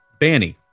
Banny